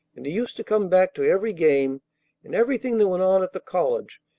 and he used to come back to every game and everything that went on at the college,